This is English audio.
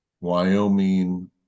Wyoming